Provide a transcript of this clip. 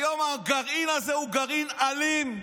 היום הגרעין הזה הוא גרעין אלים.